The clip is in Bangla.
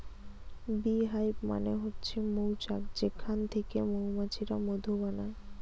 বী হাইভ মানে হচ্ছে মৌচাক যেখান থিকে মৌমাছিরা মধু বানায়